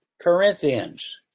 Corinthians